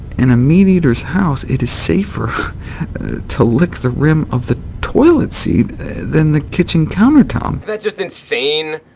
in a meat eaters house it is safer to lick the rim of the toilet seat than the kitchen counter top. that's just insane!